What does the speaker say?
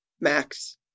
Max